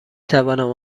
توانم